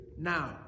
now